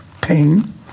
pain